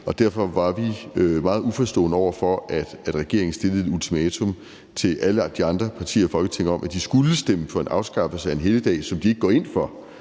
Derfor var vi meget uforstående over for, at regeringen stillede et ultimatum til alle de andre partier i Folketinget om, at de skulle stemme for en afskaffelse af en helligdag, hvilket de ikke går ind for,